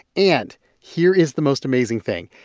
and here is the most amazing thing.